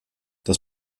das